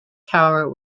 tower